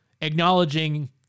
acknowledging